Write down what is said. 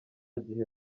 gihe